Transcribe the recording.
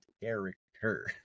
character